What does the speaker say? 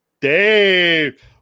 Dave